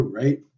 right